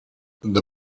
the